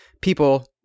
people